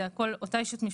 הכול היא אותה ישות משפטית,